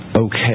okay